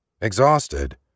Exhausted